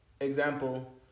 example